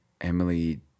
emily